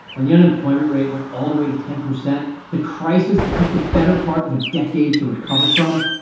when the unemployment rate went all the way to ten percent, the crisis that took the better part of a decade to recover from?